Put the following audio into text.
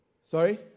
Sorry